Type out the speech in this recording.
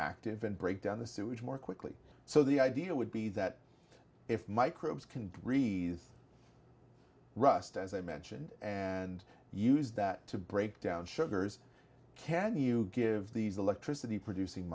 active and break down the sewage more quickly so the idea would be that if microbes can breathe rust as i mentioned and use that to break down sugars can you give these electricity producing